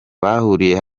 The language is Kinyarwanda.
bahuriye